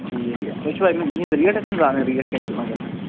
ٹھیٖک تُہۍ چھُوا یِہِنٛز ریٹ یَژھان زانٕنۍ ریٹ کیٛاہ چھِ یِمَن گژھان